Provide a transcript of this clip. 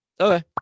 okay